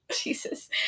Jesus